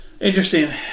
Interesting